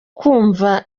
kumva